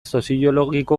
soziologiko